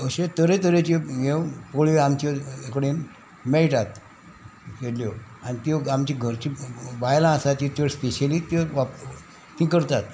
अश्यो तरेतरेच्यो ह्यो पोळयो आमचे कडेन मेयटात केल्ल्यो आनी त्यो आमची घरचीं बायलां आसा ती त्यो स्पेशली त्यो तीं करतात